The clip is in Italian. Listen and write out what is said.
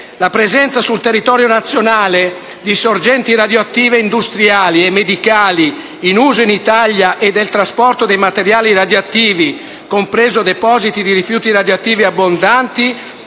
la presenza sul territorio nazionale di sorgenti radioattive industriali e medicali in uso in Italia e del trasporto dei materiali radioattivi, compresi depositi di rifiuti radioattivi abbandonati